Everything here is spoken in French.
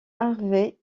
harvey